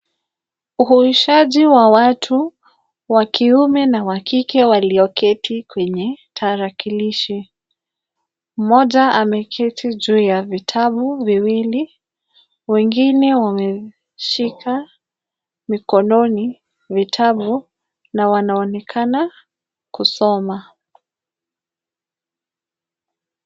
Uhuishaji wa watu, wa kiume na wa kike walioketi kwenye tarakilishi. Mmoja ameketi juu ya vitabu viwili, wengine wameshika mikononi vitabu na wanaonekana kusoma.